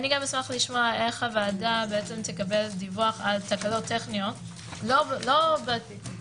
אשמח גם לשמוע איך הוועדה תקבל דיווח על תקלות טכניות לא בדיונים